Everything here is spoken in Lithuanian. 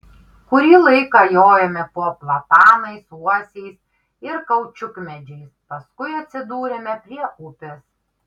kurį laiką jojome po platanais uosiais ir kaučiukmedžiais paskui atsidūrėme prie upės